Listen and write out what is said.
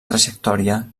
trajectòria